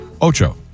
Ocho